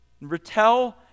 Retell